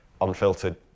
unfiltered